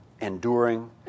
enduring